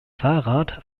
fahrrad